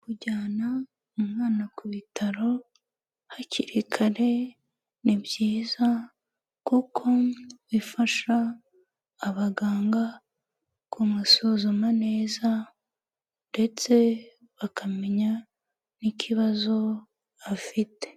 Kujyana umwana ku bitaro hakiri kare ni byiza, kuko bifasha abaganga kumusuzuma neza ndetse bakamenya n'ikibazo afite.